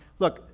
look,